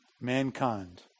mankind